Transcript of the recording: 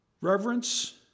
Reverence